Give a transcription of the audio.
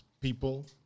people